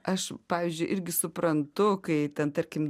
aš pavyzdžiui irgi suprantu kai ten tarkim